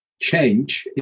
change